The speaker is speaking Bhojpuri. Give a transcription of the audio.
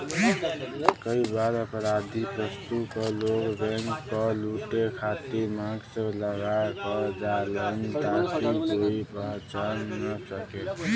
कई बार अपराधी प्रवृत्ति क लोग बैंक क लुटे खातिर मास्क लगा क जालन ताकि कोई पहचान न सके